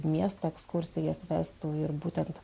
miesto ekskursijas vestų ir būtent